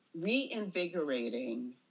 reinvigorating